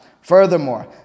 Furthermore